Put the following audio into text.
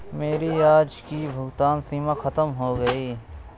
मेरी आज की भुगतान सीमा खत्म हो गई है